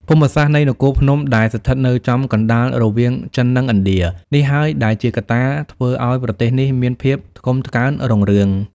ភូមិសាស្ត្រនៃនគរភ្នំ ដែលស្ថិតនៅចំ កណ្តាលរវាងចិននិងឥណ្ឌា នេះហើយ ដែលជាកត្តាធ្វើឱ្យប្រទេសនេះមានភាពថ្កុំថ្កើងរុងរឿង។